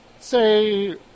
Say